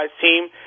team